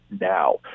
now